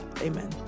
Amen